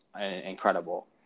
incredible